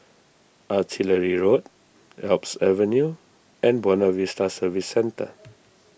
Artillery Road Alps Avenue and Buona Vista Service Centre